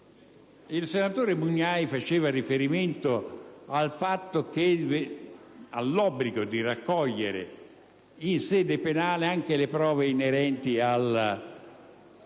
Il senatore Mugnai faceva riferimento all'obbligo di raccogliere in sede penale anche le prove inerenti al